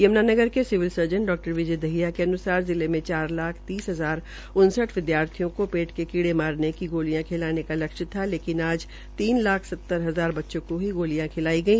यमुनानगर के civil surgeon डॉ विजय दहिया के अनुसार जिले मे चार लाख तीन हजार उनसठ विद्यार्थियों को पेट के कीड़े मारने की गोलियां खिलाने का लक्ष्य था लेकिन आज तीन लाख सतर हजार बच्चों को ही गोलियां खिलाई गई